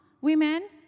women